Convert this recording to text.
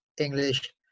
English